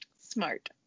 Smart